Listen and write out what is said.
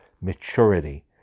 maturity